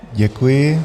Děkuji.